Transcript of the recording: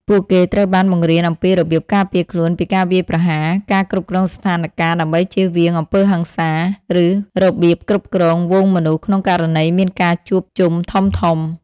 ពួកគេត្រូវបានបង្រៀនអំពីរបៀបការពារខ្លួនពីការវាយប្រហារ ការគ្រប់គ្រងស្ថានការណ៍ដើម្បីជៀសវាងអំពើហិង្សា ឬរបៀបគ្រប់គ្រងហ្វូងមនុស្សក្នុងករណីមានការជួបជុំធំៗ។